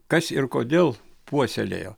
kas ir kodėl puoselėjo